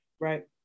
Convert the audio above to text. right